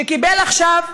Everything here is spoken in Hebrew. שקיבל עכשיו,